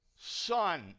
son